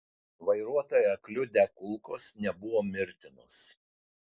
vairuotoją kliudę kulkos nebuvo mirtinos